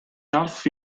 ralph